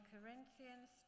Corinthians